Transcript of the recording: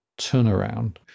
turnaround